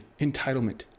entitlement